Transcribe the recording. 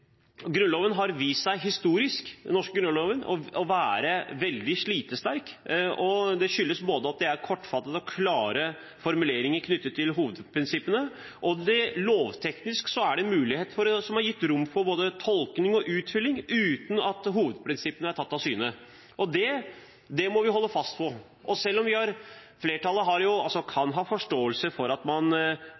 Grunnloven. Så det bryter med hele tradisjonen. Det er også noe vi i flertallet viser til. Den norske grunnloven har vist seg historisk å være veldig slitesterk. Det skyldes at det er kortfattede og klare formuleringer knyttet til hovedprinsippene, og at det lovteknisk har vært mulig å gi rom for både tolkning og utfylling uten at hovedprinsippene er ute av syne. Det må vi holde fast på. Flertallet kan ha forståelse for at man